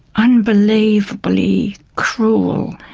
unbelievably cruel.